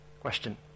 Question